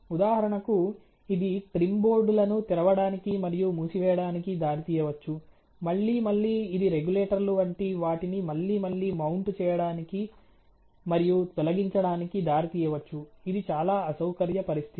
ఉదాహరణకు ఇది trim board లను తెరవడానికి మరియు మూసివేయడానికి దారితీయవచ్చు మళ్లీ మళ్లీ ఇది రెగ్యులేటర్లు వంటి వాటిని మళ్లీ మళ్లీ మౌంటు చేయడానికి మరియు తొలగించడానికి దారితీయవచ్చు ఇది చాలా అసౌకర్య పరిస్థితి